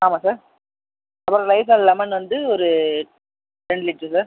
ஆமாம் சார் அப்புறம் Lizol lemon வந்து ஒரு ரெண்டு லிட்டர் சார்